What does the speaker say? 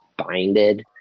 binded